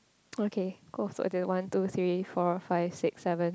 okay oh so the one two three four five six seven